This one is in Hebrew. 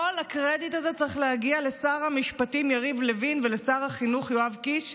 כל הקרדיט הזה צריך להגיע לשר המשפטים יריב לוין ולשר החינוך יואב קיש,